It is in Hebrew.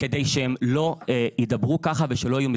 כדי שהם לא יהיו מתוסכלים וידברו כך.